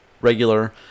regular